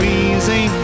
easy